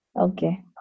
Okay